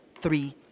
three